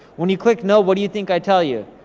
when you click no, what do you think i tell you?